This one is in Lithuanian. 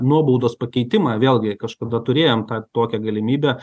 nuobaudos pakeitimą vėlgi kažkada turėjom tą tokią galimybę